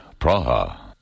Praha